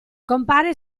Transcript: compare